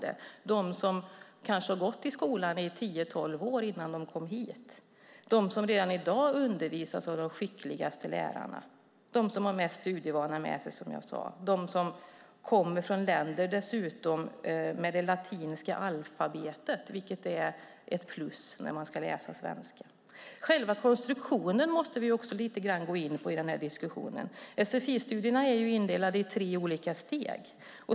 Det handlar om dem som kanske gått i skolan i tio tolv år innan de kom hit, som redan i dag undervisas av de skickligaste lärarna, som har mest studievana och som dessutom kommer från länder med det latinska alfabetet, vilket är ett plus när man ska läsa svenska. Själva konstruktionen måste vi också lite grann gå in på i denna diskussion. Sfi-studierna är indelade i tre olika steg.